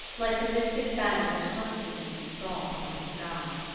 like the mystic banner that constantine saw upon the sky.